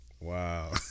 Wow